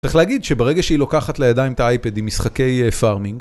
צריך להגיד שברגע שהיא לוקחת לידיים את האייפד עם משחקי פארמינג